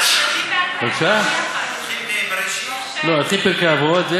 פרקי אבות זה